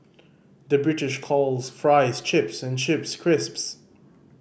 the British calls fries chips and chips crisps